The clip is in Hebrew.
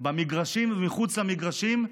במגרשים ומחוץ למגרשים,